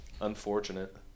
unfortunate